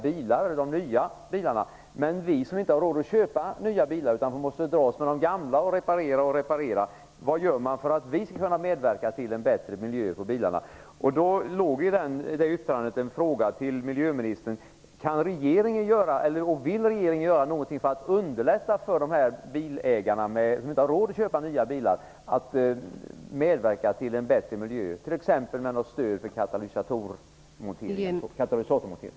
Men vad görs för att vi som inte har råd att köpa nya bilar, utan måste dras med och reparera de gamla, skall kunna medverka till en bättre miljö vad gäller bilarna. I det yttrandet låg en fråga till miljöministern: Kan och vill regeringen göra någonting för att underlätta för de bilägare som inte har råd att köpa nya bilar att medverka till en bättre miljö, t.ex. genom ett stöd för katalysatormontering?